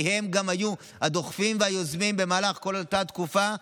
כי הם גם היו הדוחפים והיוזמים במהלך כל אותה תקופה,